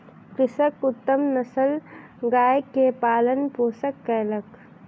कृषक उत्तम नस्लक गाय के पालन पोषण कयलक